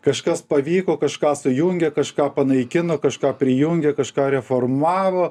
kažkas pavyko kažką sujungė kažką panaikino kažką prijungė kažką reformavo